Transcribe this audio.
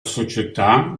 società